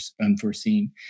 unforeseen